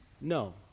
no